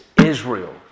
Israel